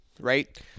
right